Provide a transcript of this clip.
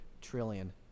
trillion